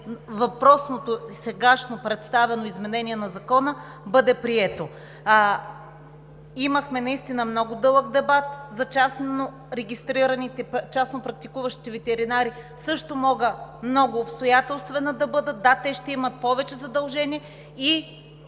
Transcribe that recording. въпросното сега представено изменение на Закона бъде прието. Имахме много дълъг дебат за частно практикуващите ветеринари – също мога много обстоятелствена да бъда, да, те ще имат повече задължения и